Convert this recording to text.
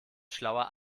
schlauer